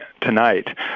tonight